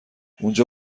اونجا